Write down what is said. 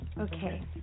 Okay